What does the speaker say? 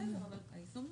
בסדר, אבל היישום שלו.